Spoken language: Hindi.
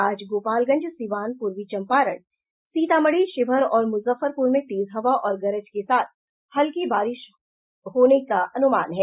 आज गोपालगंज सीवान पूर्वी चंपारण सीतामढ़ी शिवहर और मुजफ्फरपुर में तेज हवा और गरज के साथ हल्की बारिश होने का अनुमान है